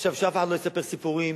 שאף אחד לא יספר סיפורים,